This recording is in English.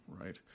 right